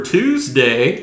Tuesday